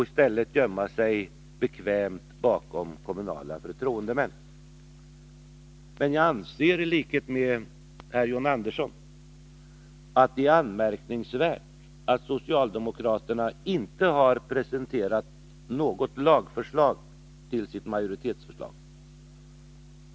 I stället kan man bekvämt gömma sig bakom kommunala förtroendemän. Jag anser i likhet med herr John Andersson att det är anmärkningsvärt att socialdemokraterna inte har presenterat något lagförslag i utskottsmajoritetens förslag.